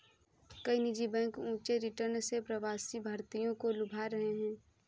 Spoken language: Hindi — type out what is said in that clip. कई निजी बैंक ऊंचे रिटर्न से प्रवासी भारतीयों को लुभा रहे हैं